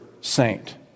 saint